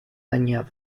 dañado